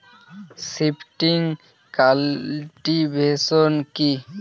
Shifting cultivation কি?